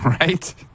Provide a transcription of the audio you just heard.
right